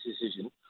decision